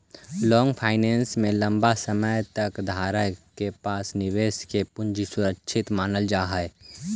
long finance में लंबा समय तक धारक के पास निवेशक के पूंजी सुरक्षित मानल जा हई